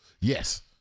Yes